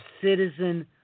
citizen